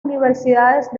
universidades